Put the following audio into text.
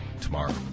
tomorrow